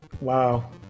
Wow